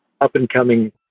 up-and-coming